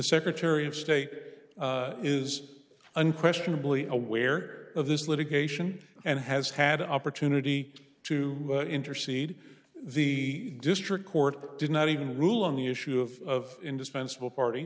secretary of state is unquestionably aware of this litigation and has had an opportunity to intercede the district court did not even rule on the issue of indispensable party